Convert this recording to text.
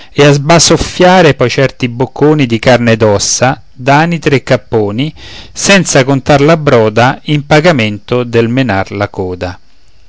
e sbasoffiare poi certi bocconi di carne e d'ossa d'anitre e capponi senza contar la broda in pagamento del menar la coda